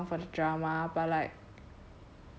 he's just singing a song for the drama but like